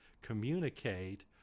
communicate